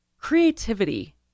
creativity